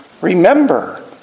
Remember